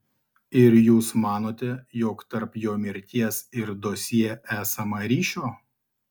ir jūs manote jog tarp jo mirties ir dosjė esama ryšio